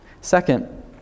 Second